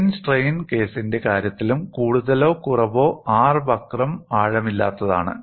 plain strain കേസിന്റെ കാര്യത്തിലും കൂടുതലോ കുറവോ R വക്രം ആഴമില്ലാത്തതാണ്